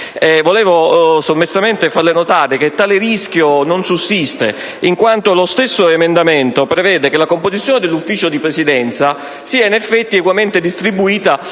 vorrei sommessamente farle notare che tale rischio non sussiste, in quanto lo stesso emendamento prevede che la composizione dell'Ufficio di Presidenza sia ugualmente distribuita